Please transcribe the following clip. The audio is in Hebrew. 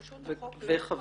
פשוט החוק לא חל --- וחברים.